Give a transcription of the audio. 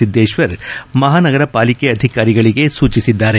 ಸಿದ್ದೇಶ್ವರ್ ಮಹಾನಗರ ಪಾಲಿಕೆ ಅಧಿಕಾರಿಗಳಿಗೆ ಸೂಚಿಸಿದ್ದಾರೆ